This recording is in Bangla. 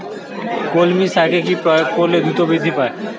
কলমি শাকে কি প্রয়োগ করলে দ্রুত বৃদ্ধি পায়?